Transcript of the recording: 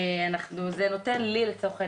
זה נותן לי לצורך העניין,